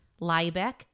Liebeck